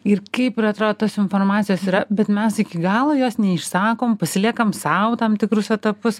ir kaip ir atrodo tos informacijos yra bet mes iki galo jos neišsakom pasiliekam sau tam tikrus etapus